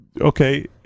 okay